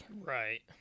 Right